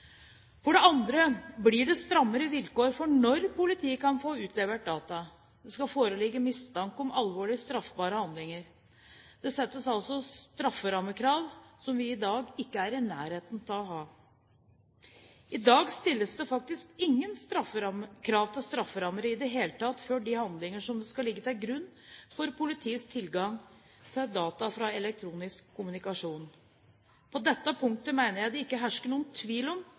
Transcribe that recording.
For det andre blir det strammere vilkår for når politiet kan få utlevert data. Det skal foreligge mistanke om alvorlig straffbare handlinger. Det settes altså strafferammekrav som vi i dag ikke er i nærheten av å ha. I dag stilles det faktisk ikke noen krav til strafferamme i det hele tatt for de handlinger som skal ligge til grunn for politiets tilgang til data fra elektronisk kommunikasjon. På dette punktet mener jeg det ikke hersker noen tvil om